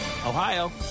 Ohio